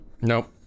nope